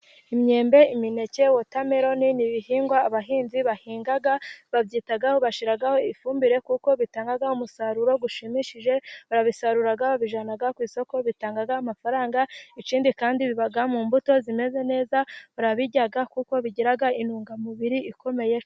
Imyembe, imineke watameroni ni ibihingwa abahinzi bahinga, babyitaho, bashyiraho ifumbire kuko bitanga umusaruro ushimishije, barabisarura, babijyana ku isoko, bitanga amafaranga, ikindi kandi biba mu mbuto zimeze neza, barabirya kuko bigira intungamubiri ikomeye.